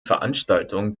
veranstaltung